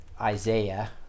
Isaiah